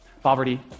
Poverty